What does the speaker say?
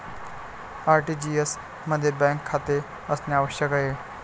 RTGS मध्ये bank खाते असणे आवश्यक आहे